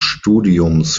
studiums